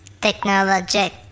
technologic